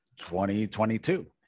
2022